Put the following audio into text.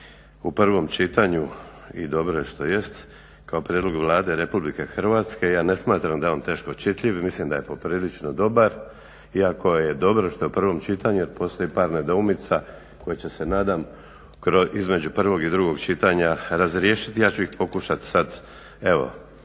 u prvom čitanju i dobro je što jest kao prijedlog vlade RH ja ne smatram da je on teško čitljiv i mislim da je poprilično dobar iako je dobro što u prvom čitanju jer postoji par nedoumica koje će se nadam između prvog i drugog čitanja razriješiti. Ja ću ih pokušati sada evo